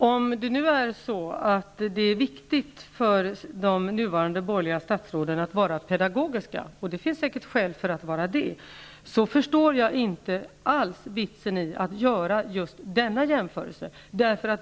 Herr talman! Om det nu är viktigt för de nuvarande borgerliga statsråden att vara pedagogiska, och det finns säkert skäl att vara det, förstår jag inte alls vitsen i denna jämförelse.